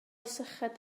syched